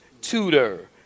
tutor